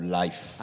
life